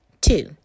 Two